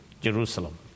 Jerusalem